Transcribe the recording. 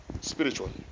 spiritually